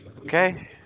Okay